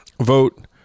vote